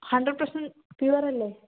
hundred percent pure അല്ലെ